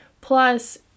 Plus